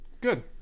Good